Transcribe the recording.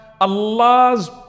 Allah's